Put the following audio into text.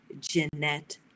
Jeanette